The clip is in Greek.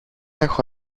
έχω